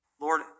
Lord